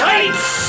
Tights